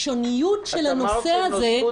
הראשוניות של הנושא הזה --- את אמרת שנוספו